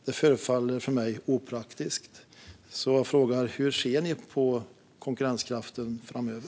Det förefaller opraktiskt för mig. Därför frågar jag: Hur ser ni på konkurrenskraften framöver?